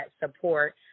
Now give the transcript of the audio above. support